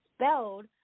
spelled